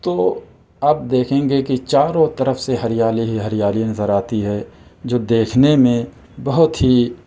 تو آپ دیکھیں گے کہ چارو طرف سے ہریالی ہی ہریالی نظر آتی ہے جو دیکھنے میں بہت ہی